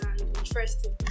interesting